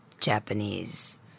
Japanese